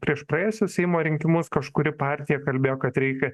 prieš praėjusius seimo rinkimus kažkuri partija kalbėjo kad reikia